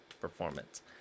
performance